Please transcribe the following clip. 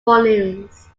volumes